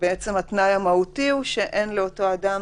בעצם התנאי המהותי הוא שאין לאותו אדם